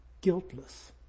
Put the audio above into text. guiltless